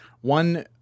One